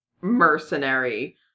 mercenary